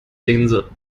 linse